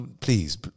please